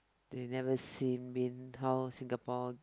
they never seen been how Singapore